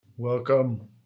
Welcome